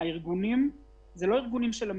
בארגונים של המדינה,